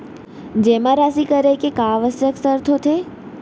जेमा राशि करे के का आवश्यक शर्त होथे?